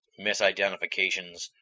misidentifications